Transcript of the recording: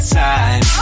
time